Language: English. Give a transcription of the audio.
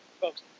Folks